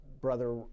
brother